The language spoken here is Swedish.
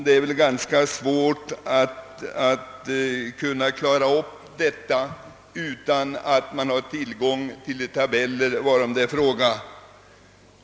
Det är naturligtvis svårt att få en riktig uppfattning om denna sak utan att man har tillgång till tabeller.